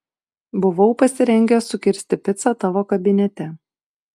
buvau pasirengęs sukirsti picą tavo kabinete